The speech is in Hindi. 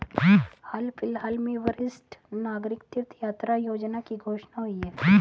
हाल फिलहाल में वरिष्ठ नागरिक तीर्थ यात्रा योजना की घोषणा हुई है